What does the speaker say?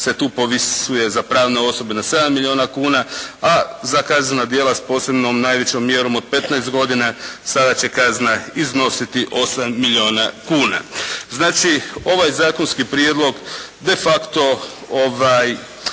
se tu povisuje za pravne osobe na sedam milijuna kuna, a za kaznena djela s posebnom najvećom mjerom od petnaest godina sada će kazna iznositi 8 milijuna kuna. Znači, ovaj zakonski prijedlog de facto